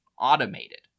automated